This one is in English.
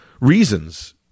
reasons